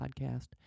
podcast